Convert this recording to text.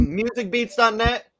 musicbeats.net